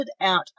out